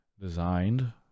designed